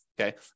okay